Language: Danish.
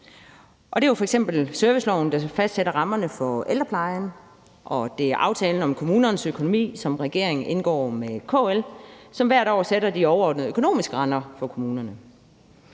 det er jo f.eks. gennem serviceloven, der fastsætter rammerne for ældreplejen, og det er gennem aftalen om kommunernes økonomi, som regeringen indgår med KL, og som hvert år sætter de overordnede økonomiske rammer for kommunerne.